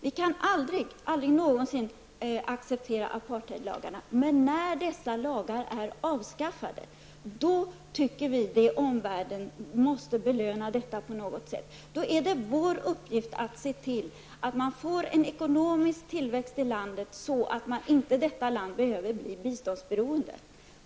Vi kan aldrig någonsin acceptera apartheidlagarna, men när dessa lagar är avskaffade anser vi att omvärlden måste belöna detta på något sätt. Då är det vår uppgift att se till att man får en ekonomisk tillväxt i landet och att landet inte behöver bli biståndsberoende.